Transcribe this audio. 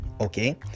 Okay